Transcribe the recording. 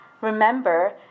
Remember